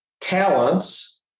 talents